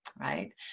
Right